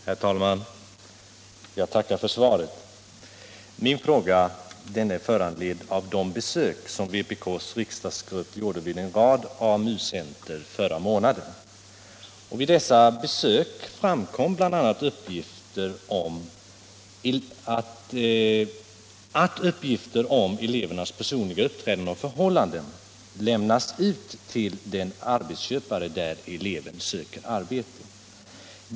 Herr talman! Jag tackar för svaret. Min fråga är föranledd av de besök som vpk:s riksdagsgrupp gjorde vid en rad AMU-centrer förra månaden. Vid dessa besök framkom bl.a. att uppgifter om elevernas personliga uppträdande och förhållanden lämnades ut till den arbetsköpare där eleven söker arbete.